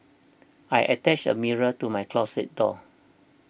I attached a mirror to my closet door